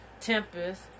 Tempest